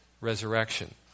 resurrection